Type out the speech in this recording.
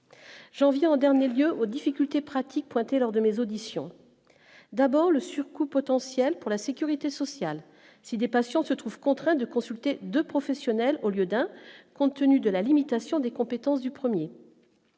Jean vient en dernier lieu aux difficultés pratiques pointées lors de mes auditions d'abord le surcoût potentiel pour la sécurité sociale si des patients se trouvent contraints de consulter 2 professionnels au lieu d'un, compte tenu de la limitation des compétences du 1er